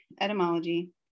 etymology